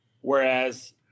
Whereas